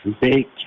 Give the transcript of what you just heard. Big